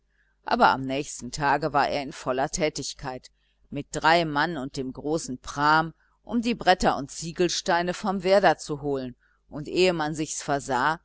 aber am nächsten tage war er in voller tätigkeit mit drei mann und dem großen prahm um die bretter und ziegelsteine vom werder zu holen und ehe man sichs versah